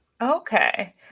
Okay